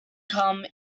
come